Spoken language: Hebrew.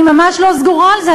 אני ממש לא סגורה על זה,